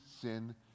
sin